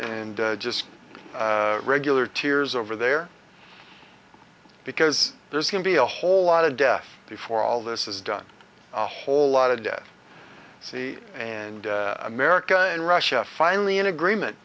and just regular tears over there because there's can be a whole lot of death before all this is done a whole lot of dead sea and america and russia finally in agreement